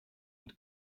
und